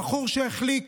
הבחור שהחליק